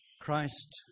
Christ